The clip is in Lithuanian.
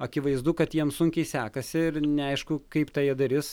akivaizdu kad jiem sunkiai sekasi ir neaišku kaip tą jie darys